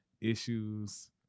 issues